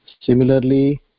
similarly